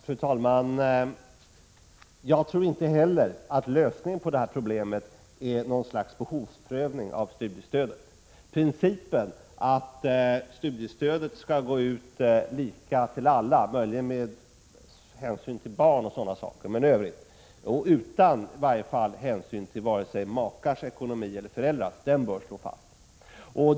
Fru talman! Jag tror inte heller att lösningen på problemet är något slags behovsprövning av studiestödet. Principen att studiestöd skall gå ut lika till alla, möjligen med hänsyn till barn men i varje fall utan hänsyn till vare sig makars ekonomi eller föräldrars, bör stå fast.